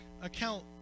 account